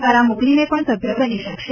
દ્વારા મોકલીને પણ સત્મ્ય બની શકશે